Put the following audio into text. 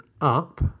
up